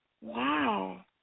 Wow